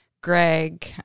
Greg